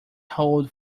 hold